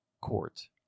court